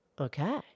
Okay